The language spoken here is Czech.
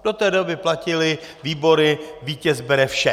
Do té doby platily výbory, vítěz bere vše.